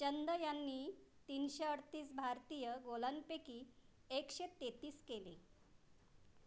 चंद यांनी तीनशे अडतीस भारतीय गोलांपैकी एकशे तेहतीस केले